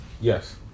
Yes